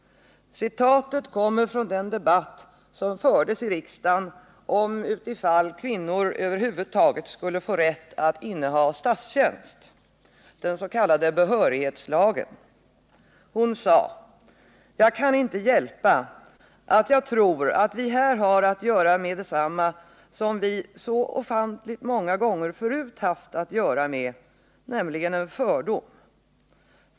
Citatet kommer från den debatt som fördes i riksdagen, om kvinnor över huvud taget skulle få rätt att inneha statstjänst — debatten gällde alltså den s.k. behörighetslagen. Hon sade: ”Jag kan inte hjälpa, att jag tror, att vi här ha att göra med detsamma, som vi så ofantligt många gånger förut haft att göra med, nämligen en fördom.